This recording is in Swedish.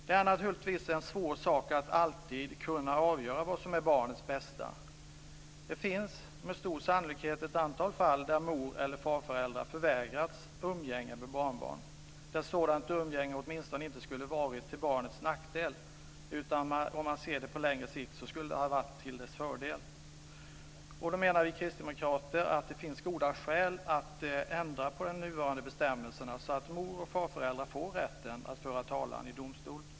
Det är naturligtvis en svår sak att alltid avgöra vad som är barnets bästa. Det finns med stor sannolikhet ett antal fall där mor eller farföräldrar förvägrats umgänge med barnbarn och där sådant umgänge åtminstone inte skulle vara till barnets nackdel utan till dess fördel, om man ser det på längre sikt. Vi kristdemokrater anser att det finns goda skäl att ändra på de nuvarande bestämmelserna så att moroch farföräldrar får rätt att föra talan i domstol.